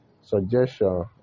suggestion